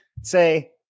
Say